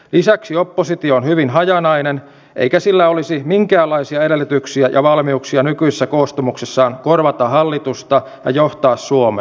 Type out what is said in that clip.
lisäksi oppositio on hyvin hajanainen eikä sillä olisi minkäänlaisia edellytyksiä ja valmiuksia nykyisessä koostumuksessaan korvata hallitusta ja johtaa suomea